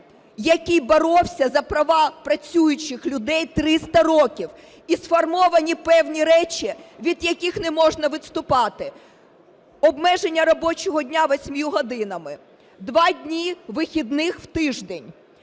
який боровся за права працюючих людей 300 років. І сформовані певні речі, від яких не можна відступати: обмеження робочого дня 8 годинами, два дні вихідних в тиждень,